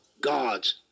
God's